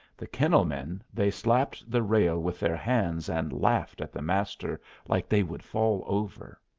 the kennel-men they slapped the rail with their hands and laughed at the master like they would fall over.